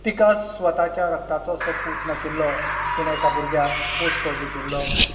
तिका स्वताच्या रक्ताचो असो पूत नाशिल्लो तिणें एका भुरग्याक पोसको घेतिल्लो